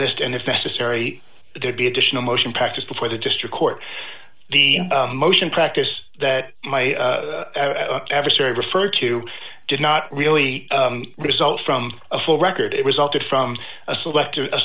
list and if necessary there'd be additional motion practice before the district court the motion practice that my adversary referred to did not really result from a full record it resulted from a selective a